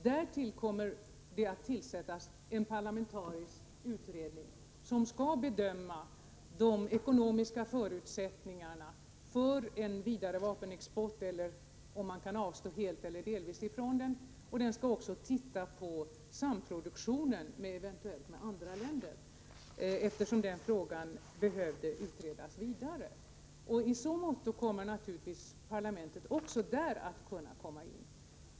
Därtill kommer det att tillsättas en parlamentarisk utredning som skall bedöma de ekonomiska förutsättningarna för en vidare vapenexport eller om man kan avstå helt eller delvis från den. Utredningen skall också titta på samproduktionen eventuellt med andra länder, eftersom den frågan behövde utredas vidare. I så måtto kommer naturligtvis parlamentet också där att kunna komma in.